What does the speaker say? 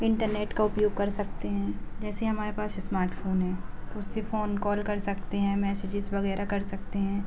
internet का उपयोग कर सकते हैं जैसे हमारे पास इस्मार्ट फोन है तो उससे फोन कॉल कर सकते हैं मैसेजेस वगैरह कर सकते हैं